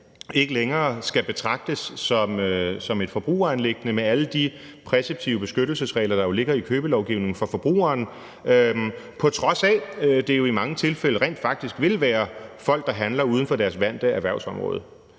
ikke længere skal betragtes som et forbrugeranliggende med alle de præceptive beskyttelsesregler, der jo ligger i købelovgivningen for forbrugeren, på trods af at det jo i mange tilfælde rent faktisk vil være folk, der handler uden for deres vante erhvervsområdet.